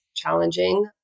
Challenging